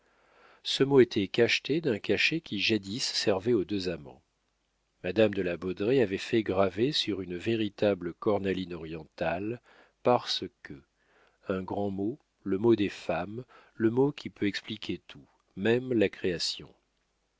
ce mot était cacheté d'un cachet qui jadis servait aux deux amants madame de la baudraye avait fait graver sur une véritable cornaline orientale parce que un grand mot le mot des femmes le mot qui peut expliquer tout même la création